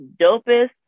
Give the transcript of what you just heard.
dopest